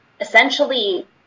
essentially